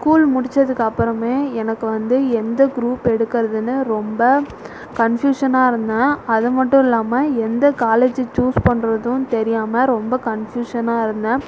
school முடித்ததுக்கு அப்புறமே எனக்கு வந்து எந்த குரூப் எடுக்கிறதுனு ரொம்ப கன்ஃப்யூஷனாக இருந்தேன் அது மட்டும் இல்லாமல் எந்த காலேஜ் சூஸ் பண்றதும் தெரியாமல் ரொம்ப கன்ஃப்யூஷனாக இருந்தேன்